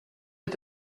est